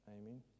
Amen